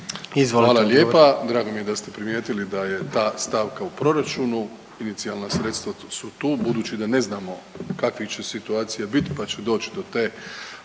Hvala lijepa. Drago mi je da ste primijetili da je ta stavka u proračunu. Inicijalna sredstva su tu. Budući da ne znamo kakvih će situacija biti pa će doći do te